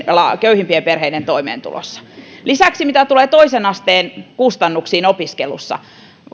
köyhimpien perheiden toimeentulossa lisäksi mitä tulee toisen asteen kustannuksiin opiskelussa